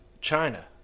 China